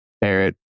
Barrett